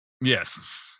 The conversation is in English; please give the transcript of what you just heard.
yes